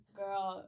girl